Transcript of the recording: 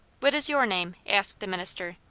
what is your name? asked the minister.